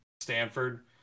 Stanford